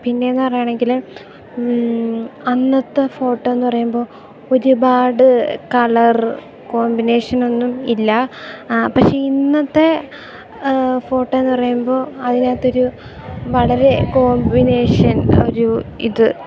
പിന്നേ എന്നു പറയുകയാണെങ്കിൽ അന്നത്തെ ഫോട്ടോ എന്ന് പറയുമ്പോൾ ഒരുപാട് കളർ കോമ്പിനേഷനൊന്നും ഇല്ല പക്ഷേ ഇന്നത്തെ ഫോട്ടോ എന്ന് പറയുമ്പോൾ അതിനകത്ത് ഒരു വളരെ കോംമ്പിനേഷൻ ഒരു ഇത്